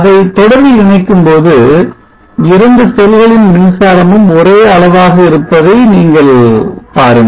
அதை தொடரில் இணைக்கும்போது இரண்டு செல்களின் மின்சாரமும் ஒரே அளவாக இருப்பதை நீங்கள் பாருங்கள்